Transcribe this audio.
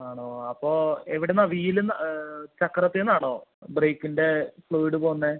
ആണോ അപ്പോൾ എവിടുന്നാ വീലുന്ന് ചക്രത്തിൽനിന്നാണോ ബ്രേക്കിൻ്റെ ഫ്ലൂയിഡ് പോവുന്നത്